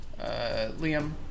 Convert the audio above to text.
Liam